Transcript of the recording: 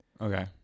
okay